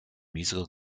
musical